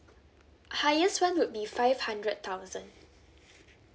highest one would be five hundred thousand